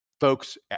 Folks